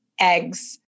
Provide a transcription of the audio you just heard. eggs